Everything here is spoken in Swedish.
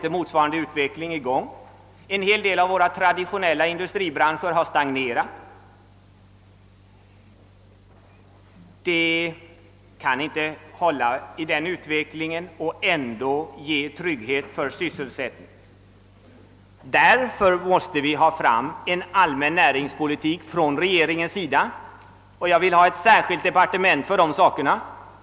En hel del av våra traditionella industribranscher har emel lertid stagnerat. Det kan inte fortsätta så om vi skall få trygghet för sysselsättningen. Regeringen måste föra en allmän näringspolitik och skapa ett särskilt departement för dessa frågor.